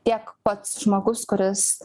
tiek pats žmogus kuris